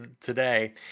today